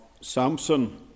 Samson